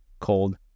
cold